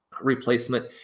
replacement